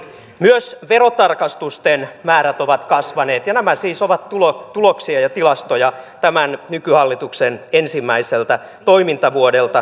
myös verotarkastusten määrät ovat kasvaneet ja nämä siis ovat tuloksia ja tilastoja tämän nykyhallituksen ensimmäiseltä toimintavuodelta